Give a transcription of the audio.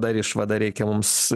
dar išvadą reikia mums